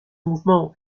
mouvement